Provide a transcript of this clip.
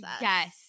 yes